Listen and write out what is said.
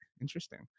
Interesting